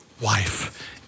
wife